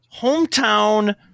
hometown